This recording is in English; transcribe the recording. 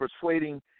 persuading